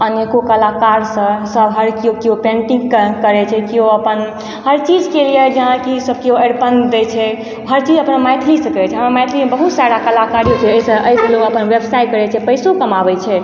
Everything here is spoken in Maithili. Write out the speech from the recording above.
अनेको कलाकारसँ सब हर केओ पेन्टिंग करय छै केओ अपन हर चीजके लिये जेना कि सब केओ अरिपन दै छै हर चीज अपन मैथिलीसँ करय छै हमर मैथिलीमे बहुत सारा कलाकार जे छै से अइपर ओ अपन व्यवसाय करय छै पैसो कमाबय छै